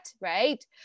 Right